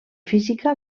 física